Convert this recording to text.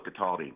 Cataldi